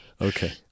Okay